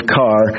car